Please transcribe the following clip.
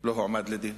לא הועמד לדין.